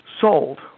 sold